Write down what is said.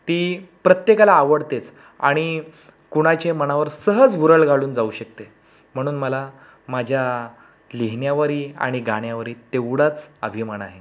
ती प्रत्येकाला आवडतेच आणि कुणाचे मनावर सहज भुरळ घालून जाऊ शकते म्हणून मला माझ्या लिहिण्यावरही आणि गाण्यावरही तेवढाच अभिमान आहे